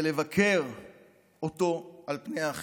ולבכר אותו על פני אחרים.